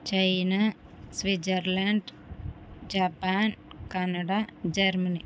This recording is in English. China Switzerland Japan Canada Germany